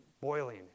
boiling